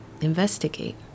investigate